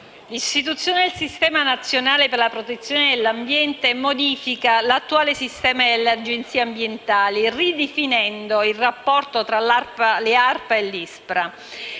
l'istituzione del Sistema nazionale a rete per la protezione dell'ambiente modifica l'attuale sistema delle agenzie ambientali, ridefinendo il rapporto tra le ARPA e l'ISPRA.